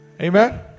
Amen